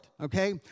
okay